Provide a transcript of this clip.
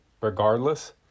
regardless